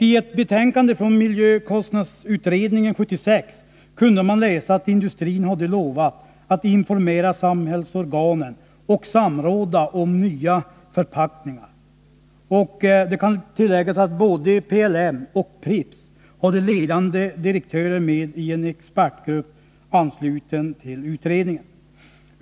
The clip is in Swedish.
I ett betänkande från miljökostnadsutredningen 1976 kunde man läsa att industrin hade lovat att informera samhällsorganen och samråda om nya förpackningar. Det kan tilläggas att både PLM och Pripps hade ledande direktörer med i en expertgrupp, ansluten till utredningen.